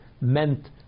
meant